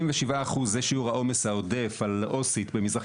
67% זה שיעור העומס העודף על עו"סית במזרח